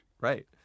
Right